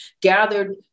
gathered